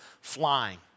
flying